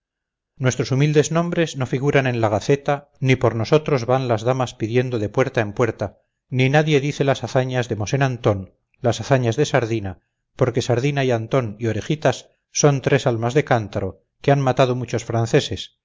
nuestros humildes nombres no figuran en la gaceta ni por nosotros van las damas pidiendo de puerta en puerta ni nadie dicelas hazañas de mosén antón las hazañas de sardina porque sardina y antón y orejitas son tres almas de cántaro que han matado muchos franceses